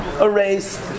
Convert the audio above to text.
erased